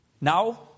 Now